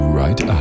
right